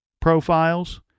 profiles